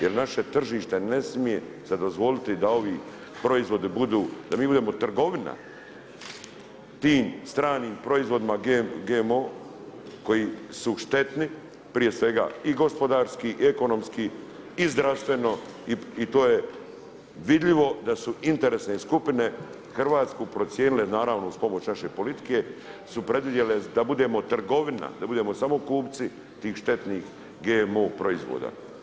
Jer naše tržište ne smije se dozvoliti da ovi proizvodi budu, da mi budemo trgovina tim stranim proizvodima GMO koji su štetni prije svega i gospodarski i ekonomski i zdravstveno i to je vidljivo da su interesne skupine Hrvatsku procijenile, naravno uz pomoć naše politike su predvidjele da budemo trgovina, da budemo samo kupci tih štetnih GMO proizvoda.